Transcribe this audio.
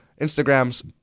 Instagram's